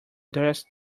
desk